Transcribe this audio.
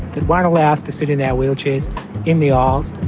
that won't allow us to sit in our wheelchairs in the aisles.